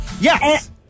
yes